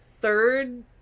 third